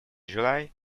july